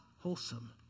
wholesome